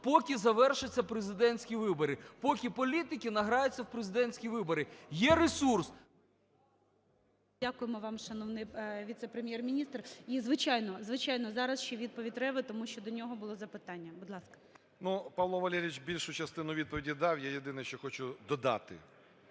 поки завершаться президентські вибори, поки політики награються в президентські вибори. Є ресурс… ГОЛОВУЮЧИЙ. Дякуємо вам, шановний віце-прем'єр-міністр. І, звичайно, звичайно, зараз ще відповідь Реви, тому що до нього було запитання. Будь ласка. 10:45:41 РЕВА А.О. Ну, Павло Валерійович більшу частину відповіді дав. Я єдине, що хочу додати,